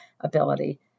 ability